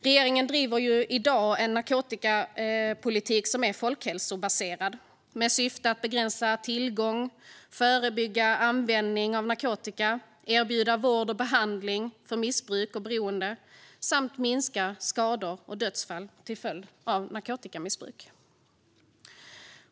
Regeringen driver i dag en narkotikapolitik som är folkhälsobaserad med syfte att begränsa tillgång, förebygga användning av narkotika, erbjuda vård och behandling för missbruk och beroende samt minska skador och dödsfall till följd av narkotikamissbruk.